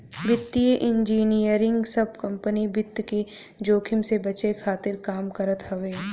वित्तीय इंजनियरिंग सब कंपनी वित्त के जोखिम से बचे खातिर काम करत हवे